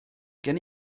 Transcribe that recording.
gen